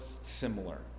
similar